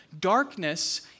Darkness